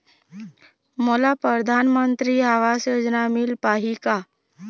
मोला परधानमंतरी आवास योजना मिल पाही का?